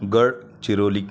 Gadchiroli